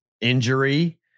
injury